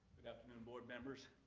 good afternoon board members,